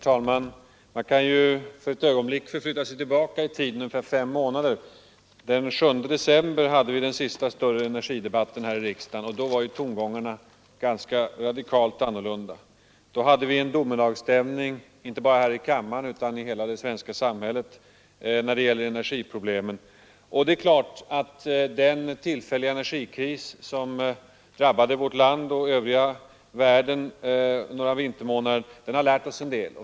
Herr talman! Låt oss för ett ögonblick flytta oss tillbaka i tiden fem månader! Den 7 december hade vi den senaste större energipolitiska debatten här i riksdagen, och då var tongångarna radikalt annorlunda. Då hade vi en domedagsstämning, inte bara här i kammaren utan i hela det svenska samhället, när det gäller energiproblemen. Det är klart att den tillfälliga energikris som drabbade vårt land och den övriga världen några vintermånader har lärt oss en del.